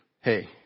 hey